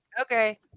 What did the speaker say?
Okay